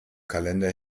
kalender